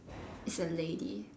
is a lady